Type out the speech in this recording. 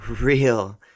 real